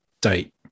date